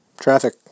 traffic